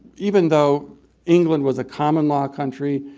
even though england was a common law country,